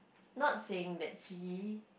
not saying that she